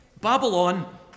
Babylon